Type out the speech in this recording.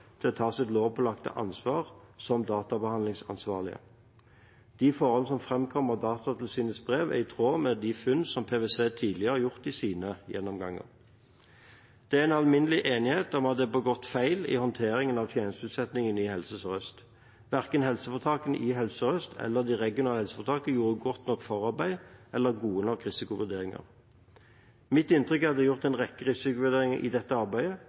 til å ta sitt lovpålagte ansvar som databehandlingsansvarlige. De forhold som framkommer av Datatilsynets brev, er i tråd med de funn PwC tidligere har gjort i sine gjennomganger. Det er alminnelig enighet om at det er begått feil i håndteringen av tjenesteutsettingen i Helse Sør-Øst. Verken helseforetakene i Helse Sør-Øst eller det regionale helseforetaket gjorde godt nok forarbeid eller gode nok risikovurderinger. Mitt inntrykk er at det er gjort en rekke risikovurderinger i dette arbeidet,